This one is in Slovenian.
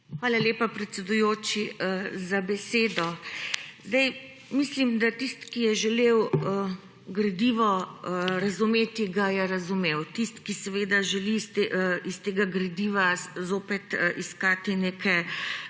Hvala lepa, predsedujoči, za besedo. Mislim, da tisti, ki je želel gradivo razumeti, ga je razumel. Tisti, ki seveda želi iz tega gradiva zopet iskati neke